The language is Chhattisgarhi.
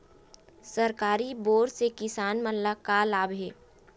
सरकारी बोर से किसान मन ला का लाभ हे?